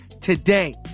today